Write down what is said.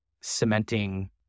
cementing